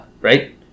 right